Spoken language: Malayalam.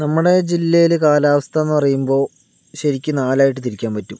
നമ്മുടെ ജില്ലയില് കാലാവസ്ഥ എന്ന് പാറയുബോൾ ശരിക്കും നാലായിട്ട് തിരിക്കാൻ പറ്റും